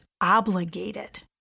obligated